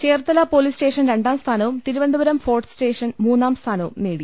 Cherthala police station രണ്ടാം സ്ഥാനവും Thiruvananthapuram fort station മൂന്നാം സ്ഥാനവും നേടി